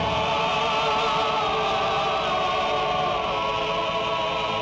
oh